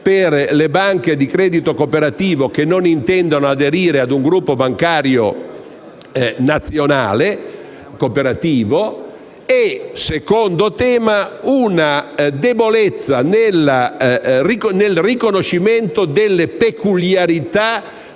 per le banche di credito cooperativo che non intendano aderire ad un gruppo bancario nazionale cooperativo e una debolezza nel riconoscimento delle peculiarità